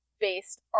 based